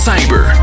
Cyber